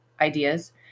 ideas